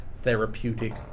therapeutic